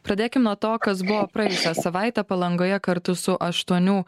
pradėkim nuo to kas buvo praėjusią savaitę palangoje kartu su aštuonių